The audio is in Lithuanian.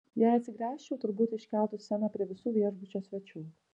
jei atsigręžčiau turbūt iškeltų sceną prie visų viešbučio svečių